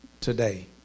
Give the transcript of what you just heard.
today